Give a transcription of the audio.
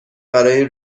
برای